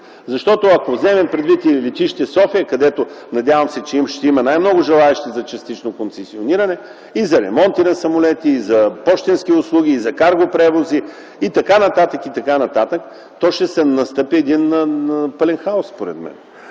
въпрос! Ако вземем предвид летище София, където, надявам се, че ще има най-много желаещи за частично концесиониране – и за ремонти на самолети, и за пощенски услуги, и за каргопревози и т.н., и т.н., то ще настъпи един пълен хаос, според мен.